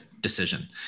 decision